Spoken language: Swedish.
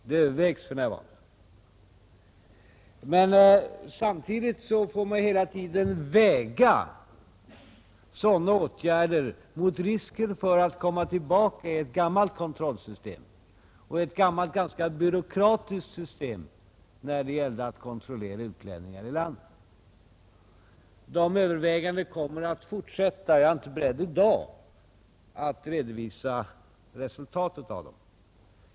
Men hela tiden får man väga sådana åtgärder mot risken för att komma tillbaka till ett gammalt kontrollsystem — ett gammalt system, som var ganska byråkratiskt när det gällde att kontrollera utlänningar i landet. Dessa överväganden kommer att fortgå, och jag är inte i dag beredd att redovisa resultatet av dem.